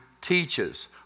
teaches